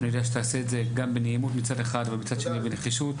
אני יודע שתעשה את זה גם בנעימות מצד אחד ומצד שני בנחישות.